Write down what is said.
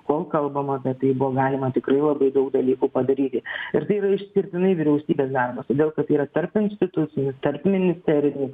kol kalbama apie tai buvo galima tikrai labai daug dalykų padaryti ir tai yra išskirtinai vyriausybės darbas todėl kad tai yra tarpinstitucinis tarpministerinis